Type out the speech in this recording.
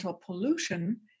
pollution